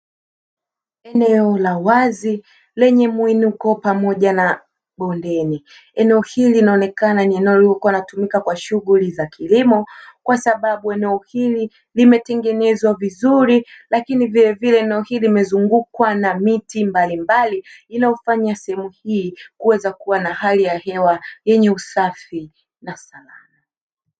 Eneo la wazi lenye mwinuko pamoja na bondeni. Eneo hili linaonekana ni eneo lililokuwa linatumika kwa shughuli za kilimo kwasababu eneo hili limetengenezwa vizuri lakini vilevile eneo hili limezungukwa na miti mbalimbali inayofanya sehemu hii kuweza kuwa na hali ya hewa yenye usafi na salama.